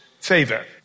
favor